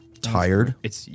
tired